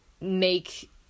make